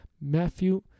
Matthew